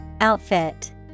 Outfit